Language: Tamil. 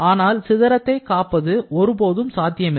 ஆனால் சிதறத்தை காப்பது ஒருபோதும் சாத்தியமில்லை